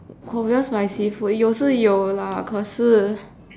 korean spicy food 有时有啦可是